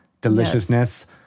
Deliciousness